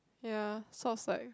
ya so I was like